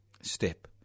step